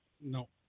no